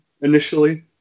initially